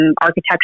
architecture